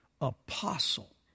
apostle